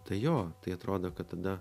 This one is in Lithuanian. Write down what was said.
tai jo tai atrodo kad tada